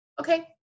okay